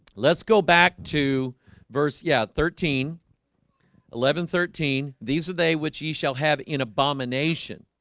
let's go back to verse. yeah thirteen eleven thirteen these are they which ye shall have in abomination.